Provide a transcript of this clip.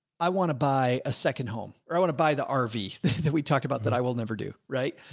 i want to buy a second home, or i want to buy the um rv yeah that we talk about that i will never do. right.